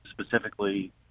specifically